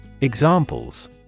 Examples